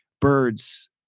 birds